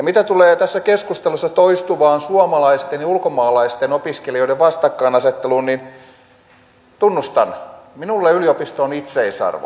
mitä tulee tässä keskustelussa toistuvaan suomalaisten ja ulkomaalaisten opiskelijoiden vastakkainasetteluun niin tunnustan minulle yliopisto on itseisarvo